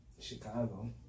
Chicago